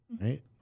right